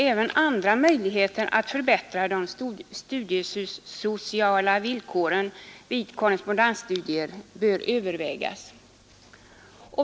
Även andra möjligheter att förbättra de studiesociala villkoren vid korrespondensstudier bör övervägas.